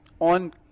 on